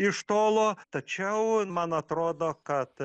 iš tolo tačiau man atrodo kad